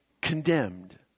condemned